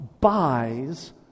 buys